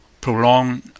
prolong